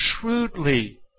shrewdly